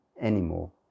anymore